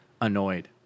annoyed